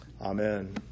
Amen